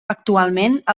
actualment